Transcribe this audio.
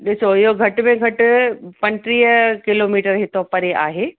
ॾिसो इहो घट में घटि पंटीह किलोमीटर हितों परे आहे